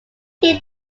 team